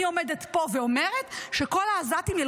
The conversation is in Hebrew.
אני עומדת פה ואומרת שכל העזתים,